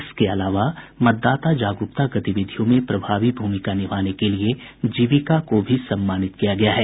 इसके अलावा मतदाता जागरुकता गतिविधियों में प्रभावी भूमिका निभाने के लिए जीविका को भी सम्मानित किया गया है